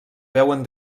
veuen